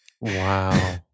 Wow